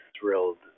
thrilled